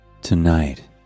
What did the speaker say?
Tonight